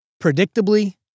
predictably